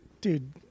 dude